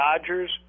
Dodgers